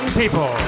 people